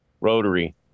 Rotary